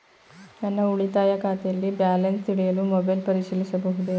ನನ್ನ ಉಳಿತಾಯ ಖಾತೆಯಲ್ಲಿ ಬ್ಯಾಲೆನ್ಸ ತಿಳಿಯಲು ಮೊಬೈಲ್ ಪರಿಶೀಲಿಸಬಹುದೇ?